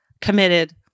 committed